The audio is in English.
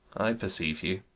i perceive you!